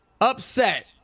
upset